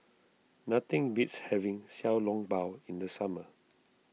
nothing beats having Xiao Long Bao in the summer